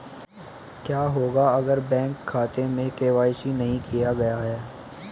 क्या होगा अगर बैंक खाते में के.वाई.सी नहीं किया गया है?